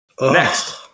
Next